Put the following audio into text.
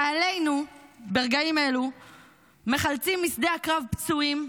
חיילינו ברגעים אלו מחלצים משדה הקרב פצועים,